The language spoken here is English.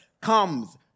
comes